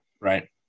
Right